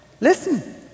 Listen